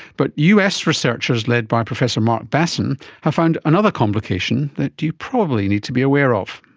but us researchers led by professor marc basson have found another complication that you probably need to be aware of.